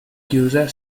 chiusa